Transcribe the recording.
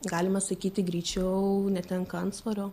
galima sakyti greičiau netenka antsvorio